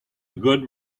good